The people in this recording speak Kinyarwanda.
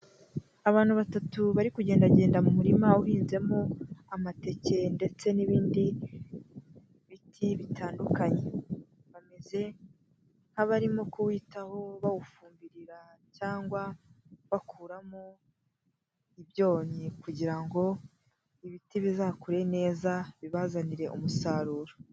Abantu batatu bari kugendagenda mu murima uhinzemo amateke ndetse n'ibindi biti bitandukanye, bameze nk'abarimo kuwitaho bawufubira cyangwa bakuramo ibyonnyi kugira ngo ibiti bizakure neza bibazanire umusaruro.